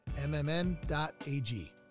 mmn.ag